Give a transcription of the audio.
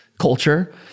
Culture